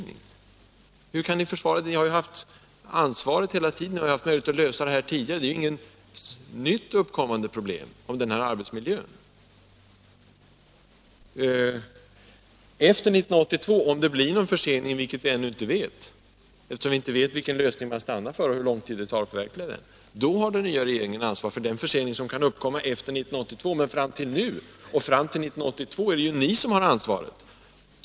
Ni har ju haft ansvaret hela tiden och haft möjlighet att lösa problemet tidigare. Den dåliga arbetsmiljön i de nuvarande anläggningarna är ju ingenting nytt. En försening som kan uppkomma efter 1982 — om vilken vi ännu ingenting vet, eftersom vi inte vet vilken lösning man stannar för — har den nya regeringen ansvar för, men fram till dess är det ju ni som har ansvaret.